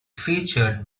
featured